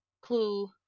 clue